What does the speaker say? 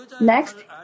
Next